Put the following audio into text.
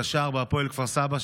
כקשר בהפועל כפר סבא,